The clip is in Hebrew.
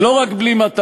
ולא רק בלימתה,